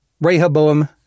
Rehoboam